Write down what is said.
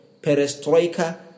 perestroika